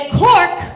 cork